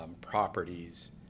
properties